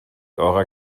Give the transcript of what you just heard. eurer